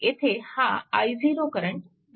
येथे हा i0 current दर्शविलेला आहे